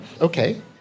Okay